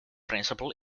principal